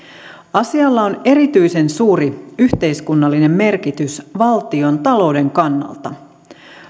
asialla on erityisen suuri yhteiskunnallinen merkitys valtion talouden kannalta